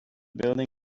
building